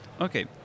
Okay